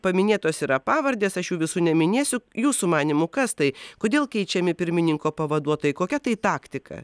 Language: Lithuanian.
paminėtos yra pavardės aš jų visų neminėsiu jūsų manymu kas tai kodėl keičiami pirmininko pavaduotojai kokia tai taktika